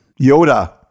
Yoda